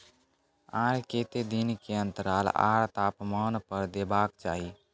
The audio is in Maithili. आर केते दिन के अन्तराल आर तापमान पर देबाक चाही?